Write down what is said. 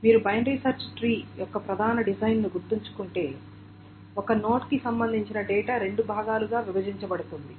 మీరు binary search tree యొక్క ప్రధాన డిజైన్ను గుర్తుచేసుకుంటే ఒక నోడ్కు సంబంధించిన డేటా రెండు భాగాలుగా విభజించబడుతుంది